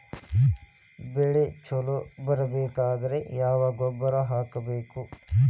ಬೆಳಿ ಛಲೋ ಬರಬೇಕಾದರ ಯಾವ ಗೊಬ್ಬರ ಹಾಕಬೇಕು?